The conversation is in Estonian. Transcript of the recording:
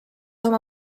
oma